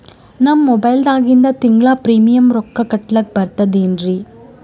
ನಮ್ಮ ಮೊಬೈಲದಾಗಿಂದ ತಿಂಗಳ ಪ್ರೀಮಿಯಂ ರೊಕ್ಕ ಕಟ್ಲಕ್ಕ ಬರ್ತದೇನ್ರಿ?